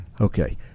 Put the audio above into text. Okay